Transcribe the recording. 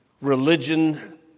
Religion